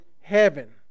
heaven